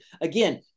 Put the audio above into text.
Again